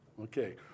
Okay